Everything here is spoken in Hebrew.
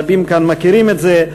רבים כאן מכירים את זה,